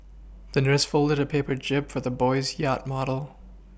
the nurse folded a paper jib for the boy's yacht model